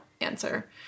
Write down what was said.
answer